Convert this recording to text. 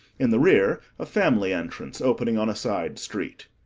in the rear, a family entrance opening on a side street.